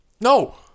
no